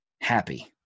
happy